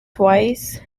twice